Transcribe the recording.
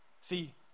See